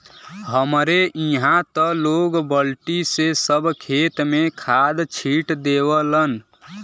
हमरे इहां त लोग बल्टी से सब खेत में खाद छिट देवलन